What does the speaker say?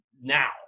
now